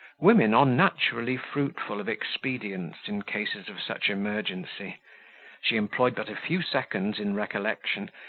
women are naturally fruitful of expedients in cases of such emergency she employed but a few seconds in recollection,